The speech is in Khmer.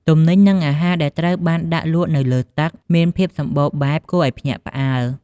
ទំនិញ និងអាហារ ដែលត្រូវបានដាក់លក់នៅលើទឹកមានភាពសម្បូរបែបគួរឱ្យភ្ញាក់ផ្អើល។